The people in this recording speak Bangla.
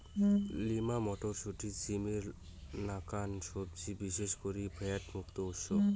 লিমা মটরশুঁটি, সিমের নাকান সবজি বিশেষ করি ফ্যাট মুক্ত উৎস